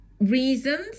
reasons